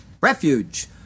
refuge